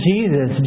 Jesus